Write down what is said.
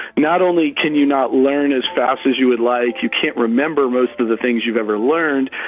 not only can you not learn as fast as you would like, you can't remember most of the things you've ever learned,